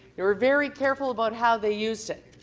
they were very careful about how they used it.